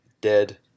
dead